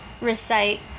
Recite